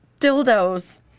dildos